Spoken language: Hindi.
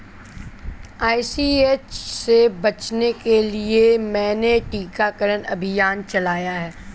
आई.सी.एच से बचने के लिए मैंने टीकाकरण अभियान चलाया है